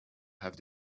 have